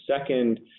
second